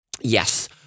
yes